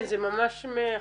כן, זה ממש מעכשיו,